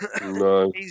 No